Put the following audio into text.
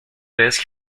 vez